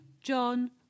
John